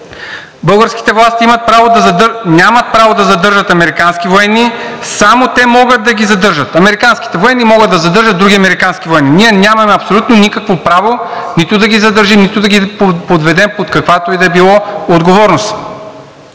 Българските власти нямат право да задържат американски военни, само те могат да ги задържат.“ Американските военни могат да задържат други американски военни. Ние нямаме абсолютно никакво право нито да ги задържим, нито да ги подведем под каквато и да било отговорност.